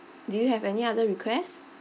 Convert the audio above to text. do you have any other requests